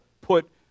put